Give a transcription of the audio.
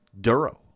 Duro